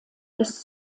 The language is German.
ist